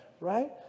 right